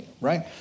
right